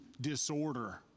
disorder